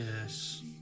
Yes